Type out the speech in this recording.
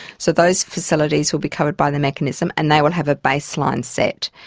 so those facilities will be covered by the mechanism and they will have a baseline set.